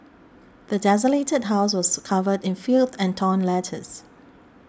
the desolated house was covered in filth and torn letters